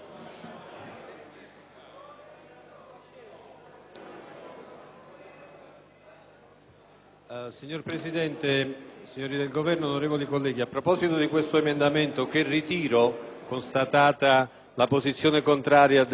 rappresentanti del Governo, onorevoli colleghi, a proposito di questo emendamento, che ritiro, constatata la posizione del relatore e del Governo,